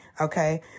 Okay